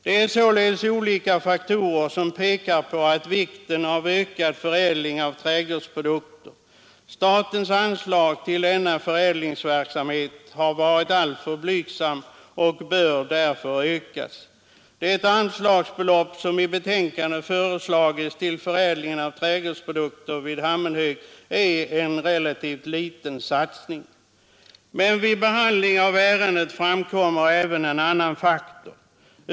Det är således flera faktorer som pekar på vikten av ökad förädling av trädgårdsprodukter. Statens anslag till denna förädlingsverksamhet har varit alltför blygsamma och bör därför ökas. Det anslagsbelopp som i betänkandet föreslagits till förädlingen av trädgårdsprodukter vid Hammenhög innebär en relativt liten satsning. Men vid behandlingen av ärendet framkommer även en annan omständighet.